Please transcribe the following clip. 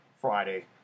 Friday